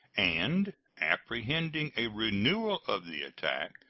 and, apprehending a renewal of the attack,